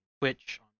Twitch